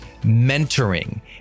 Mentoring